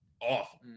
awful